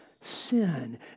sin